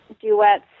duets